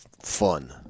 fun